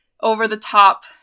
over-the-top